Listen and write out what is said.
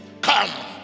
come